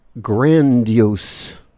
grandiose